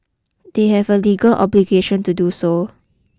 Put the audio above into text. they have a legal obligation to do so